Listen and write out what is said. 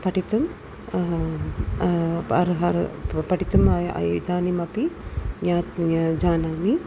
पठितुम् अर्हति प पठितुम् अय् अय् इदानीमपि ज्ञा जानामि